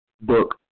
book